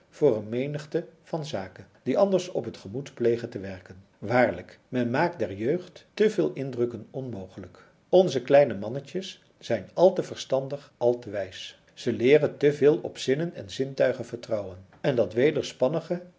voor eene menigte van zaken die anders op het gemoed plegen te werken waarlijk men maakt der jeugd te veel indrukken onmogelijk onze kleine mannetjes zijn al te verstandig al te wijs zij leeren te veel op zinnen en zintuigen vertrouwen en dat